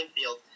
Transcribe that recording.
field